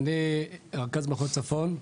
אני רכז מחוז צפון.